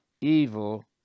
evil